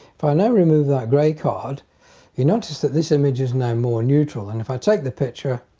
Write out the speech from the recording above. if i now remove that gray card you notice that this image is now more neutral and if i take the picture